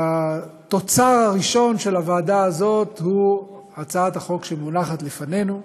והתוצר הראשון של הוועדה הזאת הוא הצעת החוק שמונחת לפנינו.